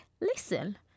listen